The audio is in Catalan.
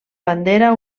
bandera